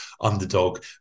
underdog